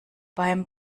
beim